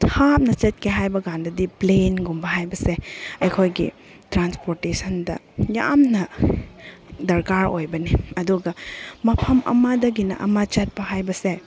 ꯊꯥꯞꯅ ꯆꯠꯀꯦ ꯍꯥꯏꯕꯀꯥꯟꯗꯗꯤ ꯄ꯭ꯂꯦꯟꯒꯨꯝꯕ ꯍꯥꯏꯕꯁꯦ ꯑꯩꯈꯣꯏꯒꯤ ꯇ꯭ꯔꯥꯟꯁꯄꯣꯔꯇꯦꯁꯟꯗ ꯌꯥꯝꯅ ꯗꯔꯀꯥꯔ ꯑꯣꯏꯕꯅꯤ ꯑꯗꯨꯒ ꯃꯐꯝ ꯑꯃꯗꯒꯤꯅ ꯑꯃ ꯆꯠꯄ ꯍꯥꯏꯕꯁꯦ